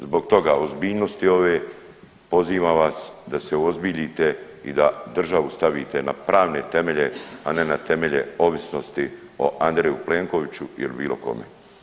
Zbog toga ozbiljnosti ove pozivam vas da se uozbiljite i da državu stavite na pravne temelje, a ne na temelje ovisnosti o Andreju Plenkoviću ili bilo kome.